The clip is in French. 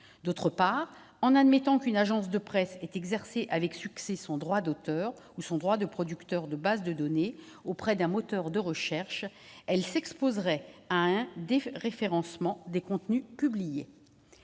Ensuite, en admettant qu'une agence de presse ait exercé avec succès son droit d'auteur ou son droit de producteur de bases de données auprès d'un moteur de recherche, elle s'exposerait à un déréférencement des contenus publiés.